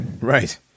Right